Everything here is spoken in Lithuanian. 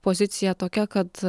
pozicija tokia kad